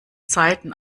zeiten